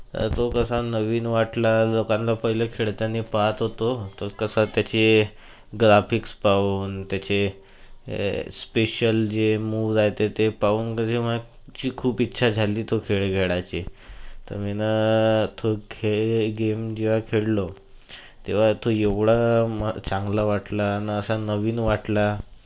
तर तो कसा नवीन वाटला लोकांना पहिले खेळताना पाहत होतो तो कसा त्याची ग्राफिक्स पाहून त्याचे स्पेशल जे मूव्हज आहेत तर ते पाहून कसे माझी खूप इच्छा झाली तो खेळ खेळायची तर मी तो खेळ गेम जेव्हा खेळलो तेव्हा तो एवढा मला चांगला वाटला आणि असा नवीन वाटला